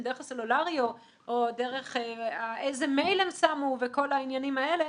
אם דרך הסולארי או דרך איזה מייל הם עשו וכל העניינים האלה,